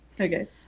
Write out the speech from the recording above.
Okay